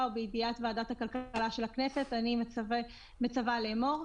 ובידיעת ועדת הכלכלה של הכנסת אני מצווה לאמור: